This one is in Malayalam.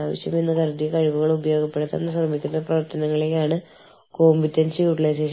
നിങ്ങൾക്ക് അറിയാമല്ലോ സാങ്കേതികവിദ്യയുടെ സാധ്യതകൾ പ്രയോജനപ്പെടുത്താൻ മനുഷ്യവിഭവശേഷി പ്രവർത്തനങ്ങൾ സുഗമമാക്കുന്നതിന് മുതലായവ